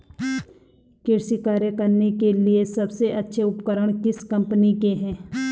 कृषि कार्य करने के लिए सबसे अच्छे उपकरण किस कंपनी के हैं?